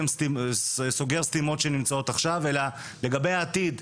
כסוגר סתימות שנמצאות עכשיו אלא לגבי העתיד,